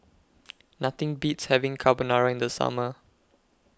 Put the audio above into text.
Nothing Beats having Carbonara in The Summer